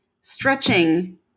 stretching